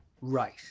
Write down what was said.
Right